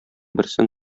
берсен